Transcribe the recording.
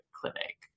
clinic